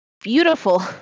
beautiful